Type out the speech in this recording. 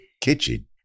kitchen